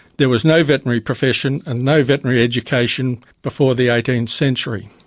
there was no veterinary profession and no veterinary education before the eighteenth centuryin